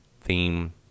theme